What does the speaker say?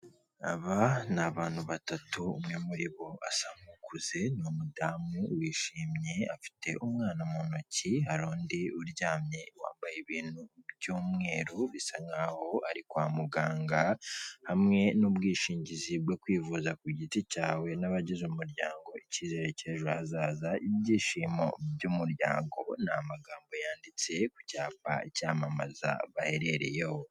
Aba ni abantu batatu, umwe muri bo asa nk'ukuze, ni umudamu wishimye afite umwana mu ntoki, hari undi uryamye wambaye ibintu by'umweru bisa nk'aho ari kwa muganga, hamwe n'ubwishingizi bwo kwivuza ku giti cyawe n'abagize umuryango ikizere cy'ejo hazaza, ibyishimo by'umuryango, ni amagambo yanditse ku cyapa cyamamaza baherereyeho.